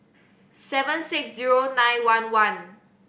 seven six zero nine one one